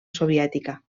soviètica